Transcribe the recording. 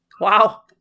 Wow